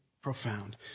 profound